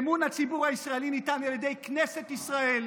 אמון הציבור הישראלי ניתן על ידי כנסת ישראל,